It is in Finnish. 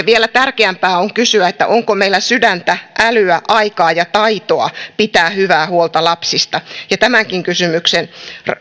vielä tärkeämpää on kysyä onko meillä sydäntä älyä aikaa ja taitoa pitää hyvää huolta lapsista ja tämänkin kysymyksen